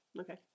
Okay